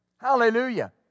Hallelujah